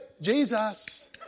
Jesus